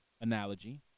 analogy